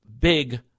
big